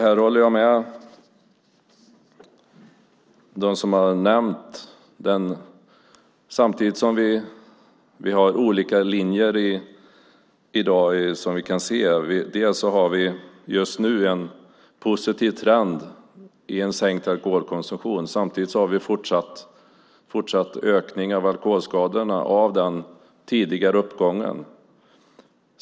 Här håller jag med tidigare talare samtidigt som vi har olika linjer i dag, som vi kan se. Vi har just nu en positiv trend i en sänkt alkoholkonsumtion. Samtidigt har vi en fortsatt ökning av alkoholskadorna på grund av den tidigare uppgången.